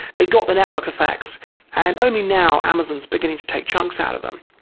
they got the network effects and only now amazon's beginning to take chunks out of them.